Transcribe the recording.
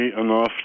enough